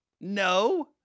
No